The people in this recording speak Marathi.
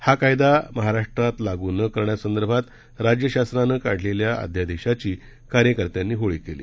हा कायदा महाराष्ट्र लागू न करण्यासंदर्भात राज्य शासनानं काढलेल्या अध्यादेशाची कार्यकर्त्यांनी होळी केली